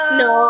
no